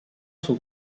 son